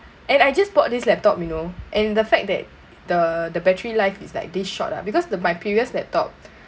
and I just bought this laptop you know and the fact that the the battery life is like this short ah because the my previous laptop